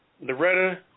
Loretta